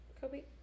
Kobe